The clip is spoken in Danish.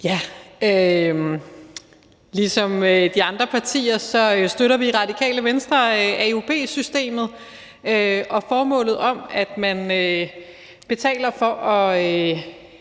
Tak. Ligesom de andre partier støtter vi i Radikale Venstre AUB-systemet og det formål, at man betaler for at